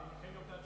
אני מכין את הנאום.